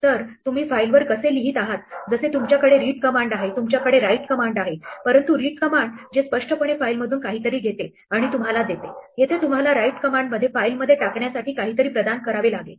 तर तुम्ही फाईलवर कसे लिहित आहात जसे तुमच्याकडे रिड कमांड आहे तुमच्याकडे राईट कमांड आहे परंतु रिड कमांड जे स्पष्टपणे फाईलमधून काहीतरी घेते आणि तुम्हाला देते येथे तुम्हाला राईट कमांडमध्ये फाईलमध्ये टाकण्यासाठी काहीतरी प्रदान करावे लागेल